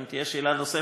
אם תהיה שאלה נוספת,